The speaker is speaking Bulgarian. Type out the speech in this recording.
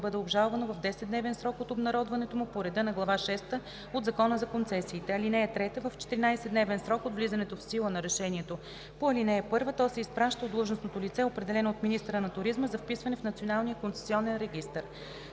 бъде обжалвано в 10-дневен срок от обнародването му по реда на глава шеста от Закона за концесиите. (3) В 14-дневен срок от влизането в сила на решението по ал. 1, то се изпраща от длъжностното лице, определено от министъра на туризма за вписване в Националния концесионен регистър.